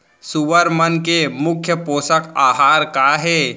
सुअर मन के मुख्य पोसक आहार का हे?